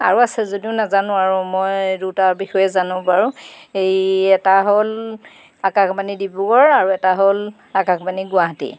আৰু আছে যদিও নাজানোঁ আৰু মই দুটাৰ বিষয়ে জানোঁ বাৰু এই এটা হ'ল আকাশবাণী ডিব্ৰুগড় আৰু এটা হ'ল আকাশবাণী গুৱাহাটী